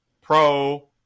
pro